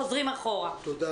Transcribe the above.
תודה,